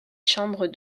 chambres